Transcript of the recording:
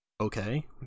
Okay